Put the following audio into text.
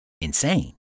insane